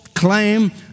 claim